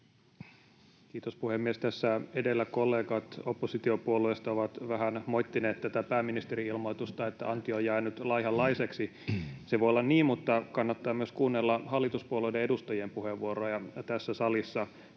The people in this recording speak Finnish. Kiitos puhemies! Tässä edellä kollegat oppositiopuolueista ovat vähän moittineet tätä pääministerin ilmoitusta, että anti on jäänyt laihanlaiseksi. Se voi olla niin, mutta kannattaa myös kuunnella hallituspuolueiden edustajien puheenvuoroja tässä salissa.